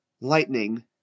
Lightning